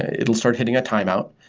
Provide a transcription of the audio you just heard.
it will start hitting a timeout.